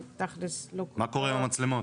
מה קורה עם המצלמות?